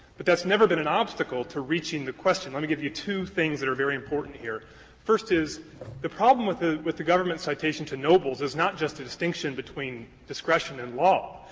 but that's never been an obstacle to reaching the question. let me give you two things that are very important here. the first is the problem with the with the government's citation to nobles is not just a distinction between discretion and law.